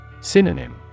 Synonym